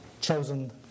chosen